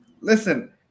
listen